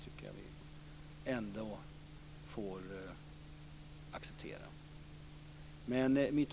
Det tycker jag vi ändå får acceptera.